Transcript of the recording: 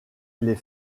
les